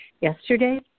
Yesterday